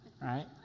right